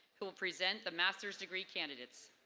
who will present the master's degree candidates.